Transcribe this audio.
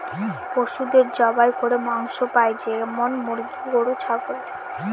পশুদের জবাই করে মাংস পাই যেমন মুরগি, গরু, ছাগল